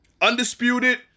Undisputed